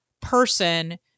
person